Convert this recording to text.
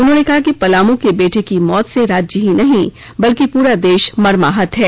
उन्होंने कहा कि पलाम के बेटे की मौत से राज्य ही नहीं बल्कि पुरा देश मर्माहत है